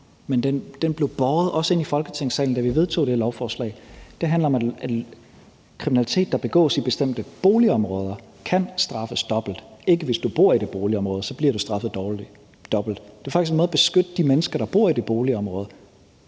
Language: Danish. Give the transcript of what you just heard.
men den blev også båret ind i Folketinget, da vi vedtog det her lovforslag. Det handler om, at kriminalitet, der begås i bestemte boligområder, kan straffes dobbelt, ikke om, at du, hvis du bor i det boligområde, bliver straffet dobbelt. Det er faktisk en måde at beskytte de mennesker, der bor i det boligområde,